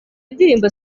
indirimbo